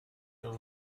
till